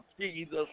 Jesus